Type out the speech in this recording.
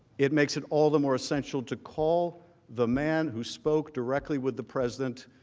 it makes it all the more essential to call the man who spoke directly with the president.